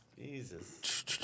Jesus